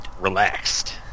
relaxed